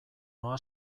noa